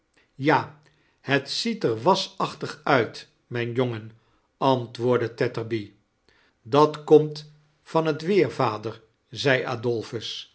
ja het ziet er wasachtig uit mijn jongen antwoordde tetterby dat komt van het weer vader zei